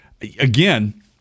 again